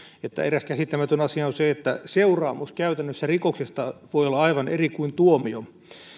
että eräs käsittämätön asia on se että käytännössä seuraamus rikoksesta voi olla aivan eri kuin tuomio